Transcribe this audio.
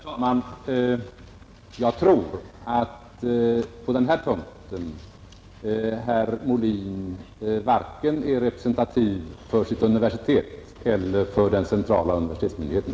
Herr talman! Jag tror att herr Molin på denna punkt inte är representativ vare sig för sitt universitet eller för den centrala universitetsmyndigheten.